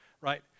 Right